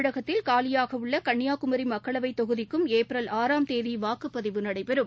தமிழகத்தில் காலியாக உள்ள கன்னியாகுமரி மக்களவைத்தொகுதிக்கும் ஏப்ரல் ஆறாம் தேதி வாக்குப்பதிவு நடைபெறும்